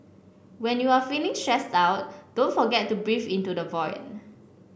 when you are feeling stressed out don't forget to breathe into the void